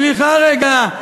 סליחה רגע.